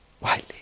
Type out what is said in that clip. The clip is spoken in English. Widely